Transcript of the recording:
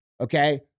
okay